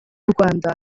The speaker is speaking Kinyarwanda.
rwanda